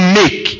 make